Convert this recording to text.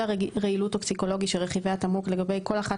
הרעילות (טוקסיקולוגי) של רכיבי התמרוק לגבי כל אחת